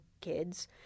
kids